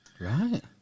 Right